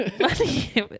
money